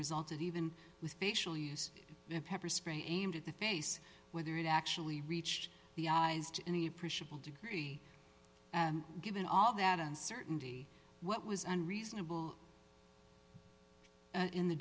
resulted even with facially and pepper spray aimed at the face whether it actually reached the eyes to any appreciable degree and given all that uncertainty what was an reasonable in the